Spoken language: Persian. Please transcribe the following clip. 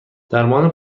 درمان